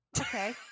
Okay